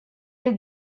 you